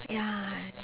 ya